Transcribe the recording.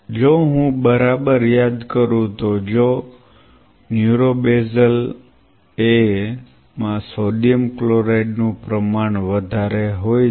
જો હું બરાબર યાદ કરું તો જો ન્યુરો બેઝલ A માં સોડિયમ ક્લોરાઇડ નું પ્રમાણ વધારે હોય છે